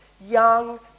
Young